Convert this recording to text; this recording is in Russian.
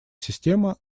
система